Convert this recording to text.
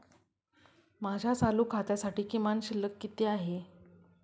माझ्या चालू खात्यासाठी किमान शिल्लक किती आहे?